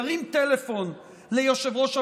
ירים טלפון ליושב-ראש הוועדה,